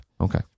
Okay